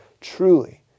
Truly